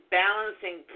balancing